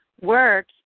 work